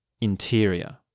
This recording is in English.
interior